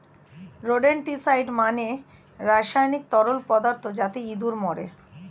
rodenticide মানে রাসায়নিক তরল পদার্থ যাতে ইঁদুর মরে